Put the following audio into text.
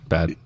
Bad